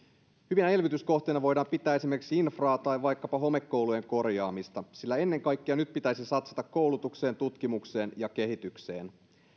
hyvinä elvytyskohteina voidaan pitää esimerkiksi infraa tai vaikkapa homekoulujen korjaamista sillä ennen kaikkea nyt pitäisi satsata koulutukseen tutkimukseen ja kehitykseen